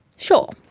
sure,